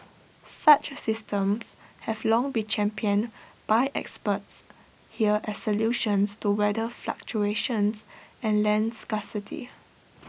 such systems have long been championed by experts here as solutions to weather fluctuations and land scarcity